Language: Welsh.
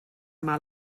yma